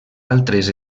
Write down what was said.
altres